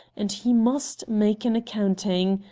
and he must make an accounting.